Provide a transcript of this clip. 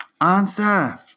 Answer